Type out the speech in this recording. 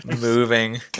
moving